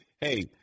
hey